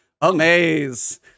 Amaze